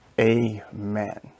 Amen